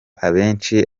abenshi